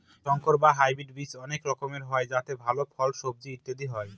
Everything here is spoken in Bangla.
সংকর বা হাইব্রিড বীজ অনেক রকমের হয় যাতে ভাল ফল, সবজি ইত্যাদি হয়